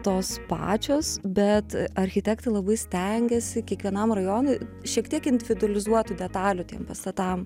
tos pačios bet architektai labai stengėsi kiekvienam rajonui šiek tiek individualizuotų detalių tiem pastatam